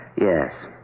Yes